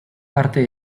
parte